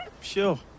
sure